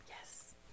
yes